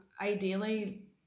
ideally